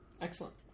Excellent